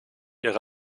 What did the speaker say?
ihre